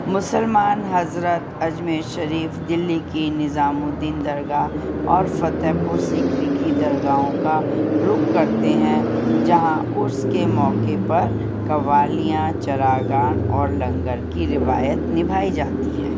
مسلمان حضرات اجمیر شریف دلی کی نظام الدین درگاہ اور فتح پور سیکری کی درگاہوں کا رخ کرتے ہیں جہاں عرس کے موقعے پر قوالیاں چراغاں اور لنگر کی روایت نبھائی جاتی ہیں